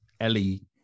Ellie